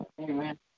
Amen